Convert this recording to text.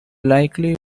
likely